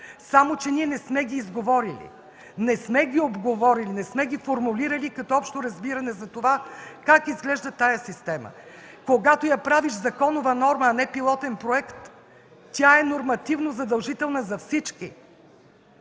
Само че ние не сме ги изговорили, не сме ги обговорили, не сме ги формулирали като общо разбиране за това как изглежда тази система? Когато я правиш законова норма, а не пилотен проект, тя е нормативно задължителна за всички.